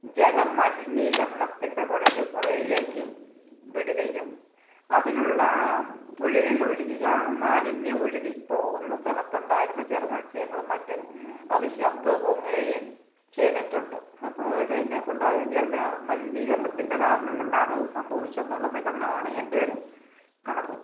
ജലമലിനികരണത്തിൻ്റെ കുഴൽ പുഴയിലേക്ക് വിടുകയും അതിലുള്ള ആ പുഴയിലൊഴുകി ആ മാലിന്യം ഒഴുകി പോവുന്ന സ്ഥലത്തൊണ്ടായിരുന്ന ചെറുമത്സ്യങ്ങളും മറ്റും അത് ചത്തു പൊങ്ങുകയും ചെയ്തിട്ടുണ്ട് എന്നാലിപ്പോൾ ഇതിനെ കൊണ്ടാവും ജല മലിനികരണത്തിൻ്റെ കാരണം കൊണ്ടാണ് അത് സംഭവിച്ചെന്നുള്ള നിഗമനമാണ് എൻ്റെയൊരു കണക്കുകൂട്ടൽ